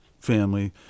family